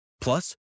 plus